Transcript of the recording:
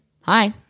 Hi